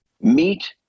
Meet